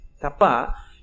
Tapa